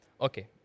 Okay